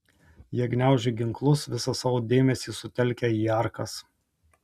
jie gniaužė ginklus visą savo dėmesį sutelkę į arkas